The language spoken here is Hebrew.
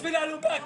בשביל הלומי הקרב.